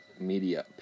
media